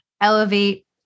elevate